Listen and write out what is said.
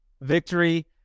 Victory